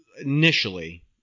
initially